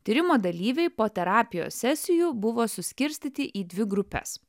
tyrimo dalyviai po terapijos sesijų buvo suskirstyti į dvi grupes